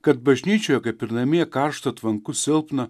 kad bažnyčioje kaip ir namie karšta tvanku silpna